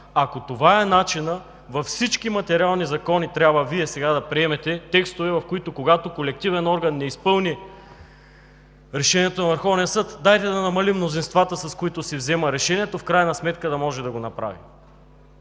Ако това е начинът, във всички материални закони Вие трябва сега да приемете текстове, в които, когато колективен орган не изпълни решението на Върховния съд, дайте да намалим мнозинствата, с които се взема решението и в крайна сметка да може да го направи.